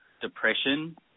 depression